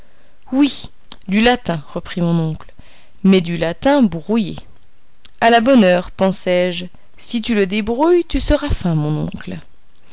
oui du latin reprit mon oncle mais du latin brouillé a la bonne heure pensai-je si tu le débrouilles tu seras fin mon oncle